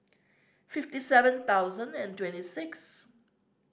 fifty seven thousand and twenty six